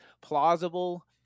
plausible